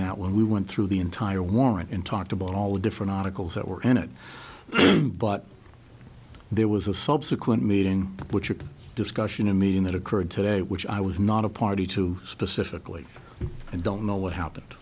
that when we went through the entire warrant and talked about all the different articles that were in it but there was a subsequent meeting which open discussion a meeting that occurred today which i was not a party to specifically i don't know what happened